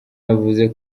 yavuze